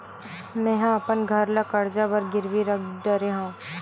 मेहा अपन घर ला कर्जा बर गिरवी रख डरे हव